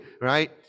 right